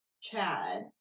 Chad